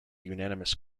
unanimous